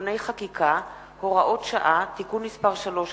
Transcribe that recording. (תיקוני חקיקה) (הוראות שעה) (תיקון מס' 3),